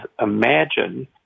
imagine